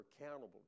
accountable